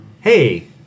hey